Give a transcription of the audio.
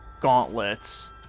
gauntlets